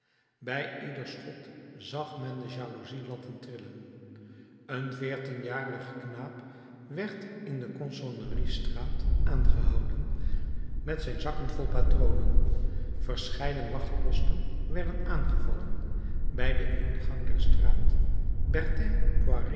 bij ieder schot zag men de jaloezielatten trillen een veertienjarige knaap werd in de cossonneriestraat aangehouden met zijn zakken vol patronen verscheiden wachtposten werden aangevallen bij den ingang der straat